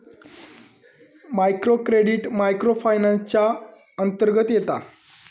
micro credit micro finance च्या अंतर्गत येता